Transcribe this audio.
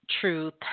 truth